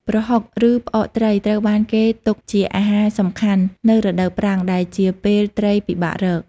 ប្រហុក ឬ ផ្អកត្រី ត្រូវបានគេទុកជាអាហារសំខាន់នៅរដូវប្រាំង ដែលជាពេលត្រីពិបាករក។